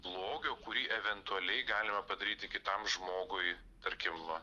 blogio kurį eventualiai galima padaryti kitam žmogui tarkim va